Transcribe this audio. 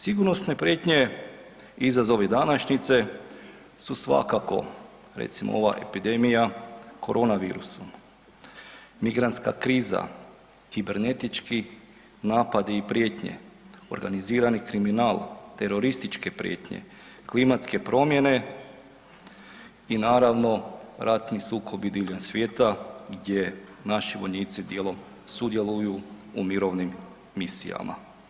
Sigurnosne prijetnje i izazovi današnjice su svakako recimo ova epidemija koronavirusom, migrantska kriza, kibernetički napadi i prijetnje, organizirani kriminal, terorističke prijetnje, klimatske promjene i naravno ratni sukobi diljem svijeta gdje naši vojnici dijelom sudjeluju u Mirovnim misijama.